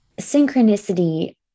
synchronicity